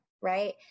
right